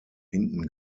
hinten